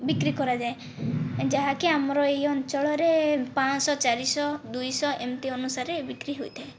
ବିକ୍ରି କରାଯାଏ ଯାହାକି ଆମର ଏହି ଅଞ୍ଚଳରେ ପାଞ୍ଚଶହ ଚାରିଶହ ଦୁଇଶହ ଏମିତି ଅନୁସାରେ ବିକ୍ରି ହୋଇଥାଏ